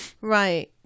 Right